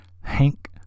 Hank